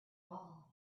all